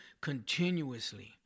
continuously